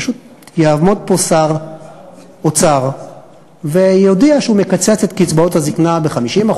פשוט יעמוד פה שר אוצר ויודיע שהוא מקצץ את קצבאות הזיקנה ב-50%,